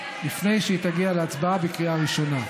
לפני שהיא תגיע להצבעה בקריאה ראשונה.